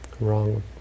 wrong